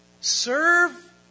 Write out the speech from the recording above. Serve